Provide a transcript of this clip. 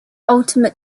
ultimate